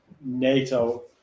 NATO